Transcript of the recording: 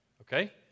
Okay